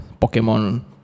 Pokemon